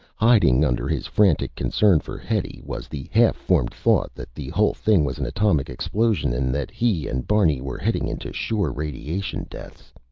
hiding under his frantic concern for hetty was the half-formed thought that the whole thing was an atomic explosion and that he and barney were heading into sure radiation deaths.